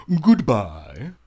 Goodbye